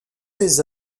ses